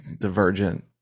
divergent